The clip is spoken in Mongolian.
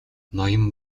ноён